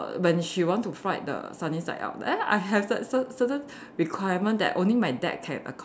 when she want to fry the sunny side up then I have cer~ cer~ certain requirement that only my dad can accom~